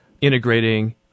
integrating